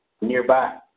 nearby